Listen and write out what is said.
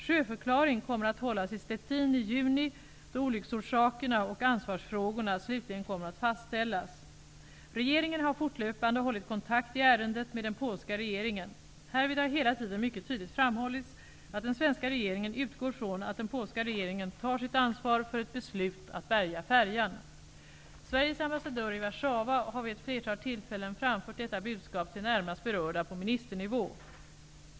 Sjöförklaring kommer att hållas i Szczecin i juni, då olycksorsakerna och ansvarsfrågorna slutligen kommer att fastställas. Regeringen har fortlöpande hållit kontakt i ärendet med den polska regeringen. Härvid har hela tiden mycket tydligt framhållits att den svenska regeringen utgår från att den polska regeringen tar sitt ansvar för ett beslut att bärga färjan. Sveriges ambassadör i Warszawa har vid ett flertal tillfällen framfört detta budskap till närmast berörda på ministernivå.